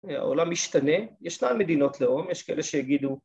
‫העולם משתנה, ישנם מדינות לאום, ‫יש כאלה שיגידו...